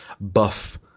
buff